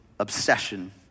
obsession